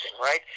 right